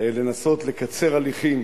לנסות לקצר הליכים